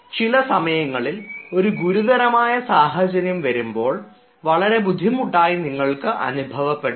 ചില സമയങ്ങളിൽ ഒരു ഗുരുതരമായ സാഹചര്യം വരുമ്പോൾ വളരെ ബുദ്ധിമുട്ടായി നിങ്ങൾക്ക് അനുഭവപ്പെടുന്നു